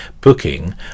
Booking